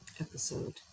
episode